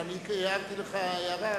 אבל הערתי לך הערה.